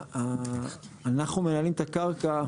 אנחנו מנהלים את הקרקע,